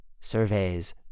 Surveys